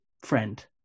friend